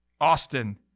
Austin